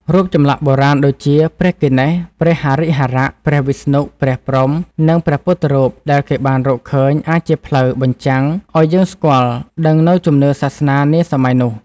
រូបចម្លាក់បុរាណដូចជា ព្រះគណេស ព្រះហរិហរៈ ព្រះវិស្ណុ ព្រះព្រហ្ម និងព្រះពុទ្ធរូបដែលគេបានរកឃើញ អាចជាផ្លូវ បញ្ចាំងឱ្យយើងស្គាល់ ដឹងនូវជំនឿសាសនានាសម័យនោះ ។